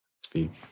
speak